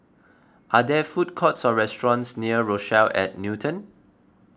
are there food courts or restaurants near Rochelle at Newton